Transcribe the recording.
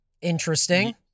interesting